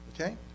okay